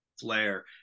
flare